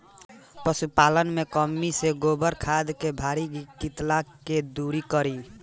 पशुपालन मे कमी से गोबर खाद के भारी किल्लत के दुरी करी?